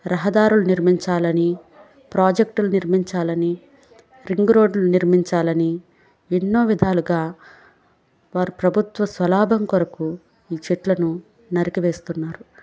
రహదారులు నిర్మించాలని ప్రాజెక్టులు నిర్మించాలని రింగ్రోడ్లు నిర్మించాలని ఎన్నో విధాలుగా వారి ప్రభుత్వ స్వలాభం కొరకు ఈ చెట్లను నరికి వేస్తున్నారు